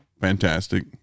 fantastic